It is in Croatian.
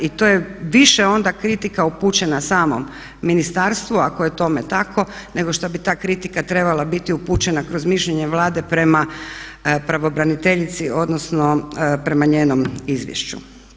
I to je onda više kritika upućena samom ministarstvu, ako je tome tako nego što bi ta kritika trebala biti upućena kroz mišljenje Vlade prema pravobraniteljici odnosno prema njenom izvješću.